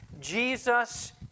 Jesus